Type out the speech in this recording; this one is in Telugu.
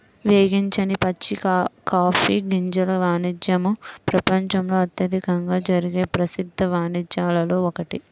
వేగించని పచ్చి కాఫీ గింజల వాణిజ్యము ప్రపంచంలో అత్యధికంగా జరిగే ప్రసిద్ధ వాణిజ్యాలలో ఒకటి